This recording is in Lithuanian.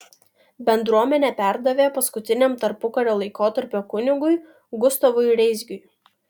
bendruomenę perdavė paskutiniam tarpukario laikotarpio kunigui gustavui reisgiui